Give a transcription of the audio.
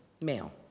male